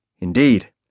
Indeed